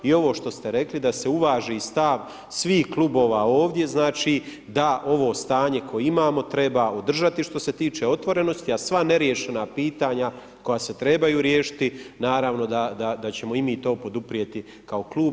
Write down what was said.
I ovo što ste rekli, da se uvaži stav svih klubova ovdje, znači, da ovo stanje koje imamo treba održati što se tiče otvorenosti, a sva neriješena pitanja, koja se trebaju riješiti naravno da ćemo i mi to poduprijeti kao klub.